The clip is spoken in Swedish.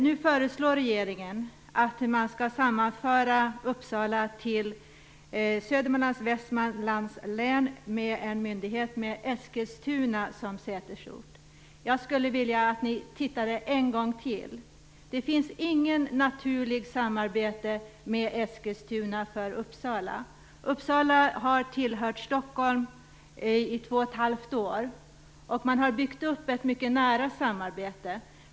Nu föreslår regeringen att man skall sammanföra Uppsala med Södermanlands och Västmanlands län och ha en myndighet med Eskilstuna som sätesort. Jag skulle vilja att ni tittar på det en gång till. Det finns inget naturligt samarbete mellan Eskilstuna och Uppsala. Uppsala har tillhört Stockholm i två och ett halvt år. Man har byggt upp ett mycket nära samarbete.